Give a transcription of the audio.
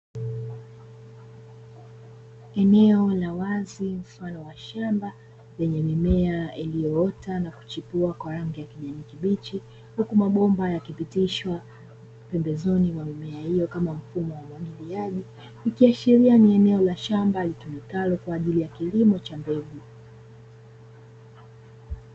Eneo la wazi mfano wa shamba lenye mimea iliyoota na kuchipua kwa rangi ya kijani kibichi huku mabomba yakipishwa pembezoni mwa mimea hiyo kama mfumo wa umwagiliaji, ikiashiria ni eneo la shamba litumikalo kwajili ya kilimo cha mbegu.